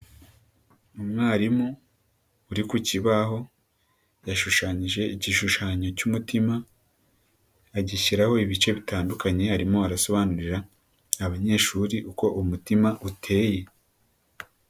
Umwarimu uri ku kibaho yashushanyije igishushanyo cy'umutima, agishyiraho ibice bitandukanye, arimo arasobanurira abanyeshuri uko umutima uteye.